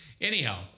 anyhow